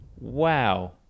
wow